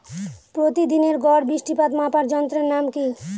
প্রতিদিনের গড় বৃষ্টিপাত মাপার যন্ত্রের নাম কি?